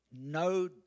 No